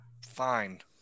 fine